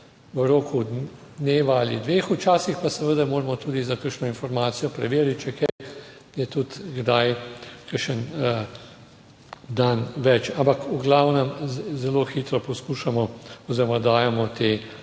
v roku dneva ali dveh, včasih pa seveda moramo tudi za kakšno informacijo preveriti. Če je kaj, je tudi kdaj kakšen dan več, ampak v glavnem zelo hitro poskušamo oziroma dajemo ta